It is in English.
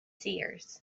seers